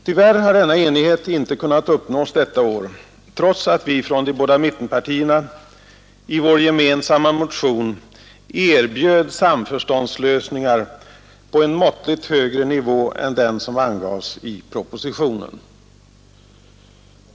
Tyvärr har denna enighet inte kunnat uppnås detta år, trots att vi från de båda mittenpartierna i vår gemensamma motion erbjöd samförståndslösningar på en måttligt högre nivå än den som angavs i propositionen.